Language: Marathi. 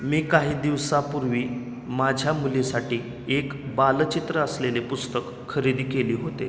मी काही दिवसांपूर्वी माझ्या मुलीसाठी एक बालचित्र असलेले पुस्तक खरेदी केले होते